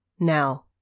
Now